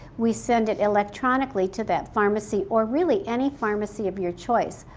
we send it electronically to that pharmacy or really any pharmacy of your choice.